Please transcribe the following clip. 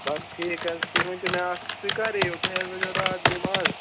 بَس ٹھیٖک حظ تُہۍ ؤنۍتو مےٚ اَکھ تُہۍ کَر یِیِو تُہۍ حظ ؤنٮ۪و راتھ بہٕ یِمہٕ اَز